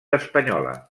espanyola